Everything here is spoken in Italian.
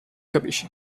capisci